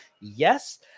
Yes